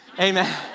Amen